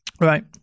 Right